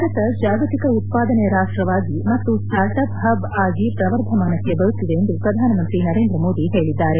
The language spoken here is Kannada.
ಭಾರತ ಜಾಗತಿಕ ಉತ್ಪಾದನೆ ರಾಷ್ಸವಾಗಿ ಮತ್ತು ಸ್ಲಾರ್ಟ್ ಅಪ್ ಹಬ್ ಆಗಿ ಶ್ರವರ್ಧಮಾನಕ್ಕೆ ಬರುತ್ತಿದೆ ಎಂದು ಶ್ರಧಾನ ಮಂತ್ರಿ ನರೇಂದ್ರ ಮೋದಿ ಹೇಳಿದ್ದಾರೆ